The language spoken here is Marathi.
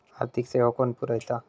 आर्थिक सेवा कोण पुरयता?